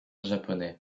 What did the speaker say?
japonais